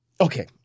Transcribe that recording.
Okay